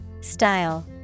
Style